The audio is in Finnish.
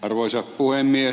arvoisa puhemies